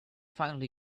finally